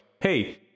hey